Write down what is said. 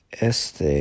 este